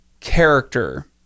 character